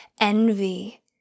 envy